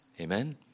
Amen